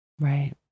Right